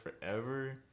forever